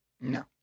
No